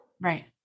Right